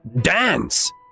dance